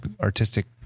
artistic